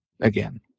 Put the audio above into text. again